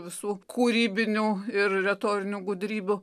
visų kūrybinių ir retorinių gudrybių